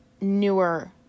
newer